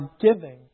giving